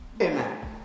Amen